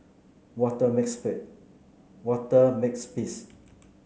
Walter Walter Makepeace